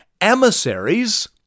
emissaries